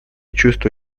чувство